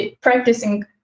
practicing